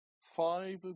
five